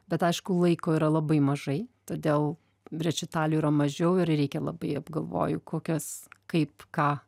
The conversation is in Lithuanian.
bet aišku laiko yra labai mažai todėl brečitalių yra mažiau ir reikia labai apgalvoju kokios kaip ką